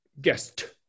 guest